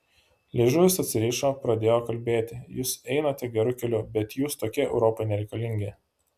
liežuvis atsirišo pradėjo kalbėti jūs einate geru keliu bet jūs tokie europai nereikalingi